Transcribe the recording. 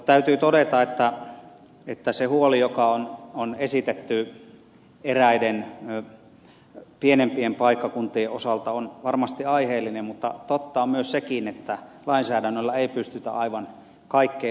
täytyy todeta että se huoli joka on esitetty eräiden pienempien paikkakuntien osalta on varmasti aiheellinen mutta totta on sekin että lainsäädännöllä ei pystytä aivan kaikkeen vaikuttamaan